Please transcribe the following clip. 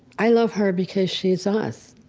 i love her because she's us.